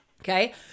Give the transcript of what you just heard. okay